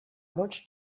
much